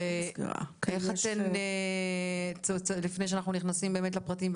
לפני שאנחנו נכנסים באמת לפרטים,